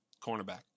cornerback